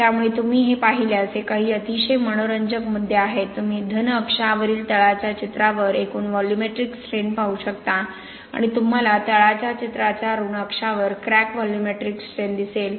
त्यामुळे तुम्ही हे पाहिल्यास हे काही अतिशय मनोरंजक मुद्दे आहेत तुम्ही धन अक्षावरील तळाच्या चित्रावर एकूण व्हॉल्यूमेट्रिक स्ट्रेन पाहू शकता आणि तुम्हाला तळाच्या चित्राच्या ऋण अक्षावर क्रॅक व्हॉल्यूमेट्रिक स्ट्रेन दिसेल